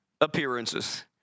appearances